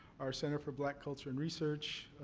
our center for black culture and research,